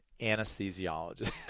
anesthesiologist